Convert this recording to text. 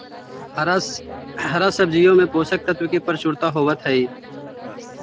हरा सब्जियों में पोषक तत्व की प्रचुरता होवत हई